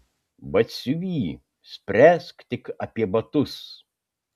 batsiuvy spręsk tik apie batus